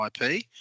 IP